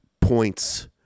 points